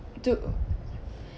to